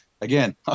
again